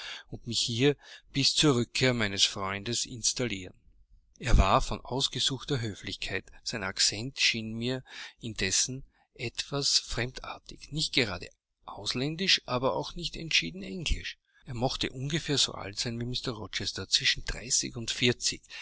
und mich hier bis zu der rückkehr meines freundes installieren er war von ausgesuchter höflichkeit sein accent schien mir indessen etwas fremdartig nicht gerade ausländisch aber auch nicht entschieden englisch er mochte ungefähr so alt sein wie mr rochester zwischen dreißig und